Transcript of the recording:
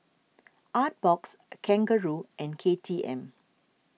Artbox Kangaroo and K T M